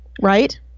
right